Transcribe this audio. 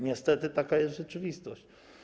Niestety taka jest rzeczywistość.